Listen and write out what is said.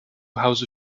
hause